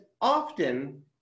often